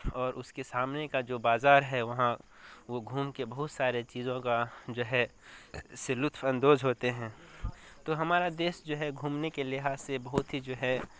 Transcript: اور اس کے سامنے کا جو بازار ہے وہاں وہ گھوم کے بہت سارے چیزوں کا جو ہے سے لطف اندوز ہوتے ہیں تو ہمارا دیش جو ہے گھومنے کے لحاظ سے بہت ہی جو ہے